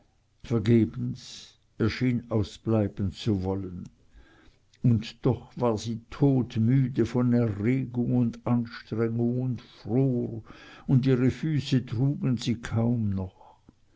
vergebens er schien ausbleiben zu wollen und doch war sie todmüde von erregung und anstrengung und fror und ihre füße trugen sie kaum noch